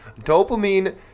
Dopamine